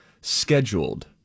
Scheduled